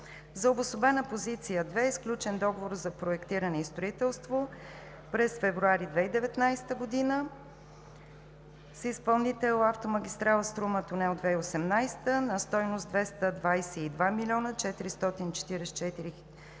За обособена позиция 2 е сключен договор за проектиране и строителство през февруари 2019 г. с изпълнител „Автомагистрала „Струма“ тунел „2018“ на стойност 222 млн. 444 хил.